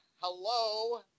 Hello